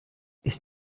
ist